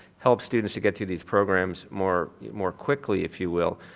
help students to get through these programs more more quickly if you will.